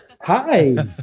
hi